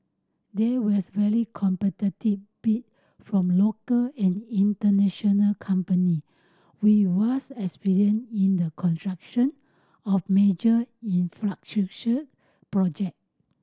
there was very competitive bid from local and international company with vast experience in the construction of major infrastructure project